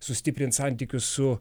sustiprint santykius su